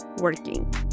working